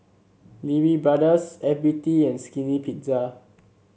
Lee Wee Brothers F B T and Skinny Pizza